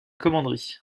commanderie